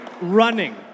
Running